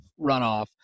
runoff